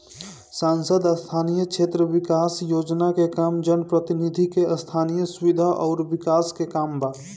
सांसद स्थानीय क्षेत्र विकास योजना के काम जनप्रतिनिधि के स्थनीय सुविधा अउर विकास के काम बा